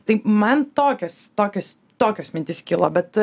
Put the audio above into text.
tai man tokios tokios tokios mintys kilo bet